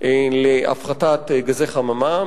להפחתת גזי חממה.